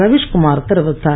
ரவிஷ்குமார் தெரிவித்தார்